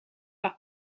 par